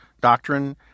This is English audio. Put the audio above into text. doctrine